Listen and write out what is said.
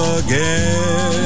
again